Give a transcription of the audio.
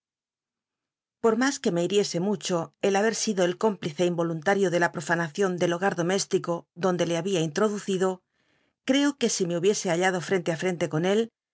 por mas que me hiriese mucho el haber sido el cómplice inrolunlario de la profanacion del bogar domés tico donde le babia introducido creo c ue i me hubiese hallado frente i frente con él